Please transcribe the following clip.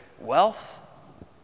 wealth